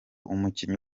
umukinnyi